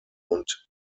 und